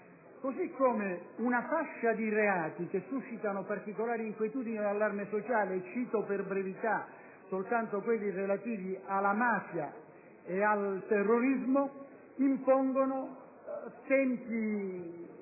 Così come per una fascia dei reati che suscitano particolare inquietudine e allarme sociale - cito, per brevità, soltanto quelli relativi alla mafia e al terrorismo - si impongono tempi